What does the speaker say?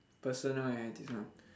personal idea ah